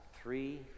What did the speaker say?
three